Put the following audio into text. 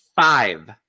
five